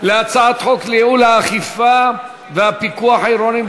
להצעת חוק לייעול האכיפה והפיקוח העירוניים